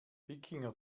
wikinger